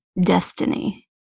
destiny